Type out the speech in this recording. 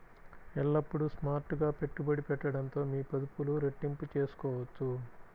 ఎల్లప్పుడూ స్మార్ట్ గా పెట్టుబడి పెట్టడంతో మీ పొదుపులు రెట్టింపు చేసుకోవచ్చు